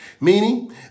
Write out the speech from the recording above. meaning